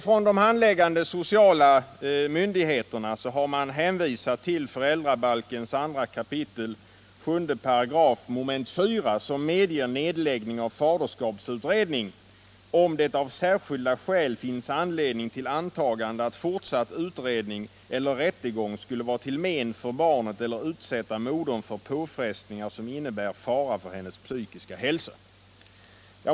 Från de handläggande sociala myndigheternas sida har man hänvisat till föräldrabalkens 2 kap. 7 § 4 mom., som medger nedläggning av faderskapsutredning om det av särskilda skäl finns anledning till antagande att fortsatt utredning eller rättegång skulle vara till men för barnet eller utsätta modern för påfrestningar som innebar fara för hennes psykiska hälsa.